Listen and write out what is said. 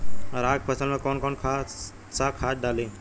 अरहा के फसल में कौन कौनसा खाद डाली?